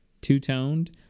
two-toned